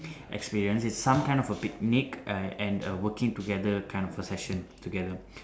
experience it's some kind of a picnic uh and a working together kind of a session together